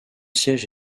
siège